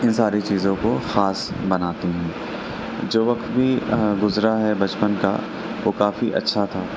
ان ساری چیزوں کو خاص بناتی ہیں جو وقت بھی گزرا ہے بچپن کا وہ کافی اچھا تھا